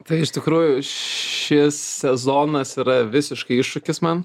tai iš tikrųjų šis sezonas yra visiškai iššūkis man